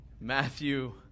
Matthew